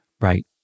right